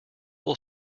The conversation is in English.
will